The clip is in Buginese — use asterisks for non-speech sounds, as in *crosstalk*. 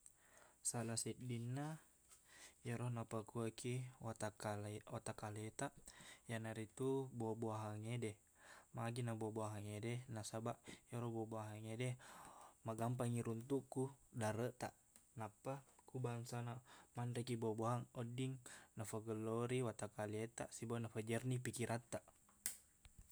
Sala seddinna iyero napakuakiq watakkale- watakkaletaq, iyanaritu buah-buahangngede. Magina buah-buahangngede. Nasabaq, iyero buah-buahangngede, magampang iruntuk ku dareqtaq, nappa ku bangsana manrekiq buah-buahang, wedding nafegellori watakkaletaq sibawa napajerni pikirattaq. *noise*